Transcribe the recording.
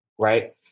Right